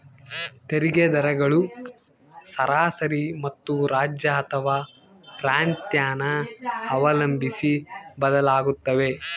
ತೆರಿಗೆ ದರಗಳು ಸರಾಸರಿ ಮತ್ತು ರಾಜ್ಯ ಅಥವಾ ಪ್ರಾಂತ್ಯನ ಅವಲಂಬಿಸಿ ಬದಲಾಗುತ್ತವೆ